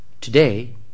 Today